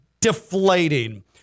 deflating